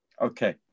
Okay